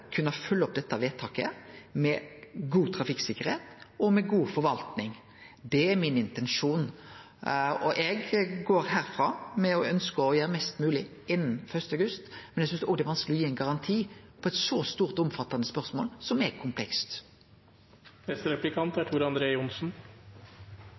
er intensjonen min. Eg går herfrå med eit ønske om å gjere mest mogleg innan 1. august, men eg synest det er vanskeleg å gi ein garanti i eit så stort og omfattande spørsmål, som er